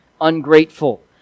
Ungrateful